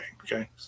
Okay